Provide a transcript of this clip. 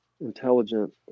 intelligent